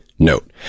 Note